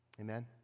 Amen